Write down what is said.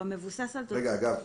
למה.